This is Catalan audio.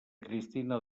cristina